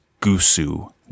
Gusu